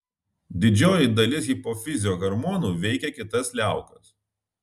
didžioji dalis hipofizio hormonų veikia kitas liaukas